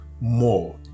more